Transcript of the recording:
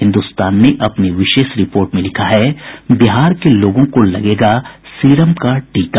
हिन्दुस्तान ने अपनी विशेष रिपोर्ट में लिखा है बिहार के लोगों को लगेगा सीरम का टीका